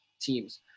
teams